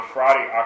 Friday